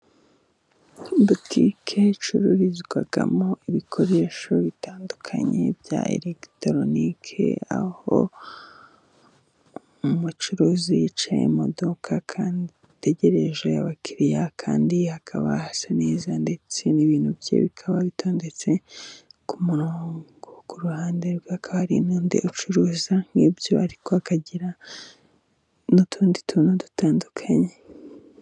Butike icururizwamo ibikoresho bitandukanye bya eregitoronike, aho umucuruzi yicaye, imodoka kandi ategereje abakiriya kandi hakaba hasa neza, ndetse n'ibintu bye bikaba bitondetse ku murongo. Ku ruhande rwe hari n'undi ucuruza nk'ibyo ariko akagira n'utundi tuntu dutandukanye.